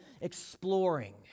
exploring